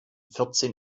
vierzehn